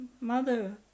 mother